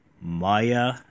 Maya